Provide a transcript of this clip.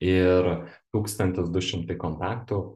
ir tūkstantis du šimtai kontaktų